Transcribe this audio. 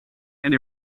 and